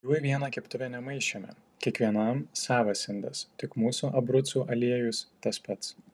jų į vieną keptuvę nemaišėme kiekvienam savas indas tik mūsų abrucų aliejus tas pats